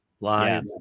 live